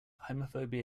homophobia